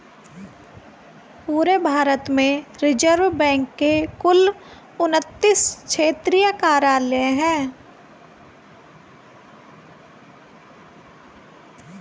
पूरे भारत में रिज़र्व बैंक के कुल उनत्तीस क्षेत्रीय कार्यालय हैं